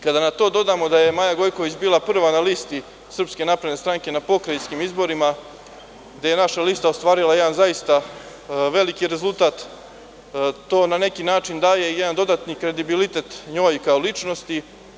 Kada na to dodamo da je Maja Gojković bila prva na listi SNS na pokrajinskim izborima gde je naša lista ostvarila jedan zaista veliki rezultat, to na neki način daje jedan dodatni kredibilitet njoj kao ličnosti.